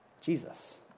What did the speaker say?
Jesus